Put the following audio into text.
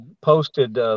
posted